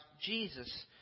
Jesus